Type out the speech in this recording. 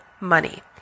money